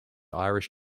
irish